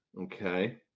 Okay